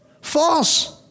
false